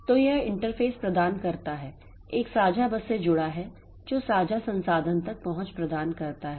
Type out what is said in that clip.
तो यह इंटरफ़ेस प्रदान करना है एक साझा बस से जुड़ा है जो साझा संसाधन तक पहुंच प्रदान करता है